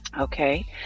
okay